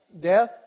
death